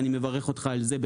ואני מברך אותך על זה.